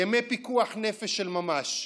אלה ימי פיקוח נפש של ממש.